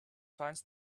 finds